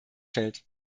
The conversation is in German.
fällt